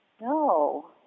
No